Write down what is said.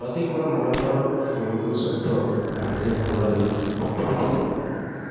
ନଦୀକୂଳ ମାନଙ୍କର କୂଳୁ କୂଳୁ ଶବ୍ଦ ଆଣିଥାଏ ମନରେ ଅପୂର୍ବ